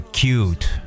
cute